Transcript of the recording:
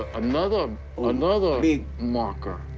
another another i mean marker.